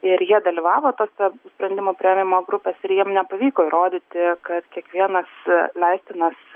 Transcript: ir jie dalyvavo tose sprendimų priėmimo grupės ir jiem nepavyko įrodyti kad kiekvienas leistinas